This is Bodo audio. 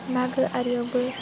मागो आरो